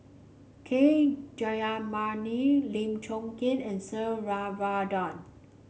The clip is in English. K Jayamani Lim Chong Keat and Sir Varathan